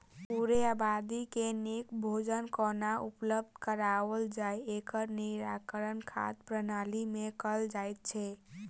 पूरे आबादी के नीक भोजन कोना उपलब्ध कराओल जाय, एकर निराकरण खाद्य प्रणाली मे कयल जाइत छै